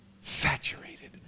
Saturated